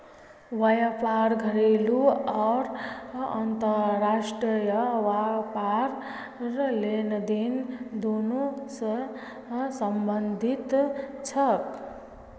व्यापार घरेलू आर अंतर्राष्ट्रीय व्यापार लेनदेन दोनों स संबंधित छेक